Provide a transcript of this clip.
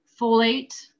Folate